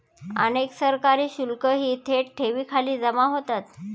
अनेक सरकारी शुल्कही थेट ठेवींखाली जमा होतात